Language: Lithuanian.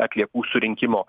atliekų surinkimo